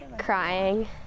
crying